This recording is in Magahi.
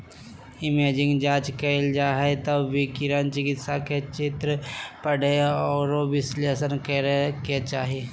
इमेजिंग जांच कइल जा हइ त विकिरण चिकित्सक के चित्र पढ़े औरो विश्लेषण करे के चाही